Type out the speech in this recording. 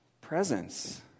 presence